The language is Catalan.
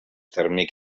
tèrmic